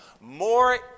more